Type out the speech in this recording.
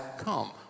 come